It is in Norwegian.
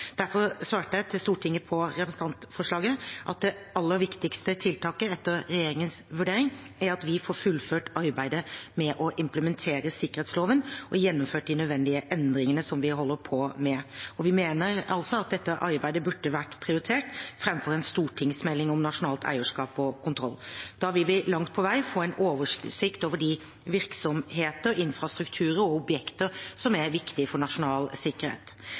Derfor svarte jeg til Stortinget på representantforslaget at det aller viktigste tiltaket etter regjeringens vurdering er at vi får fullført arbeidet med å implementere sikkerhetsloven og gjennomført de nødvendige endringene som vi holder på med. Vi mener at dette arbeidet burde vært prioritert framfor en stortingsmelding om nasjonalt eierskap og kontroll. Da vil vi langt på vei få en oversikt over de virksomheter, infrastrukturer og objekter som er viktige for nasjonal sikkerhet.